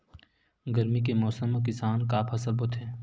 गरमी के मौसम मा किसान का फसल बोथे?